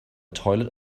toilet